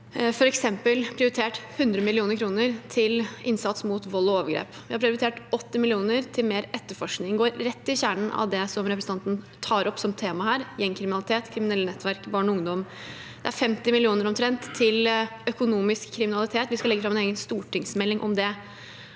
f.eks. prioritert 100 mill. kr til innsats mot vold og overgrep, og vi har prioritert 80 mill. kr til mer etterforskning. Det går rett i kjernen av det representanten tar opp som tema her: gjengkriminalitet, kriminelle nettverk, barn og ungdom. Det er omtrent 50 mill. kr til innsats mot økonomisk kriminalitet. Vi skal legge fram en egen stortingsmelding om det.